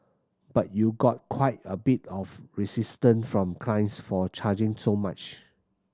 but you got quite a bit of resistance from clients for charging so much